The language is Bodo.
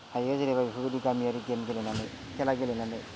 हायो जेनेबा बेफोरबायदि गामियारि गेम गेलेनानै खेला गेलेनानै